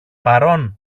παρών